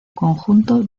conjunto